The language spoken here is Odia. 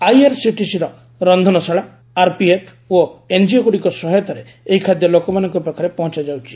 ଆଇଆର୍ସିଟିସିର ରନ୍ଧନଶାଳା ଆର୍ପିଏଫ୍ ଓ ଏନ୍ଜିଓଗୁଡ଼ିକ ସହାୟତାରେ ଏହି ଖାଦ୍ୟ ଲୋକମାନଙ୍କ ପାଖରେ ପହଞ୍ଚା ଯାଉଛି